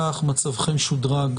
היא לא ביקשה להתייחס.